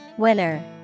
Winner